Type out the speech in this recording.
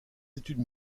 études